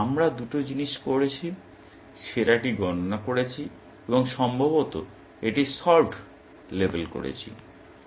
সুতরাং আমরা দুটি জিনিস করেছি সেরাটি গণনা করেছি এবং সম্ভবত এটি সল্ভড লেবেল করেছি